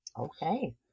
Okay